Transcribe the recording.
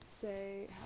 say